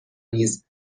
نیز